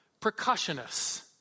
Percussionists